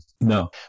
No